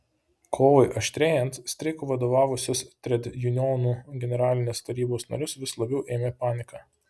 kovai aštrėjant streikui vadovavusius tredjunionų generalinės tarybos narius vis labiau ėmė panika